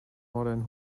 modern